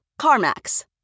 CarMax